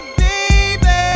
baby